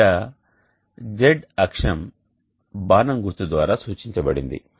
ఇక్కడ అ Z అక్షము బాణం గుర్తు ద్వారా సూచించబడింది